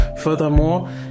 Furthermore